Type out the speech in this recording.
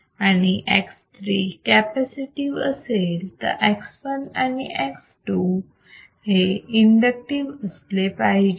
आणि X3 capacitive असेल तर X1 and X2 हे इंडक्टिव्ह असले पाहिजेत